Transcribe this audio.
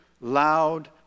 loud